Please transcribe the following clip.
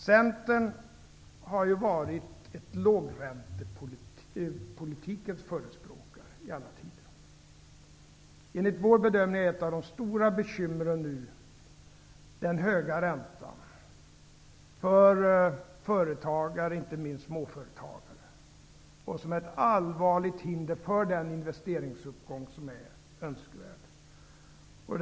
Centern har ju i alla tider varit en lågräntepolitikens förespråkare. Enligt vår bedömning är just den höga räntan nu ett av de stora bekymren för företagare, och inte minst småföretagare. Den är ett allvarligt hinder för den investeringsuppgång som är önskvärd.